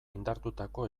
indartutako